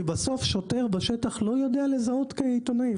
כי בסוף שוטר בשטח לא יודע לזהות כעיתונאי,